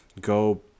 go